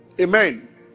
Amen